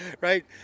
right